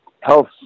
health